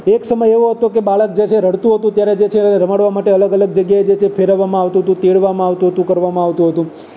એક સમય એવો હતો કે બાળક જે છે રડતું હતું ત્યારે જે છે રમાડવા માટે અલગ અલગ જગ્યાએ જે છે ફેરવવામાં આવતું હતું તેડવામાં આવતું હતું કરવામાં આવતું હતું